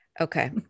okay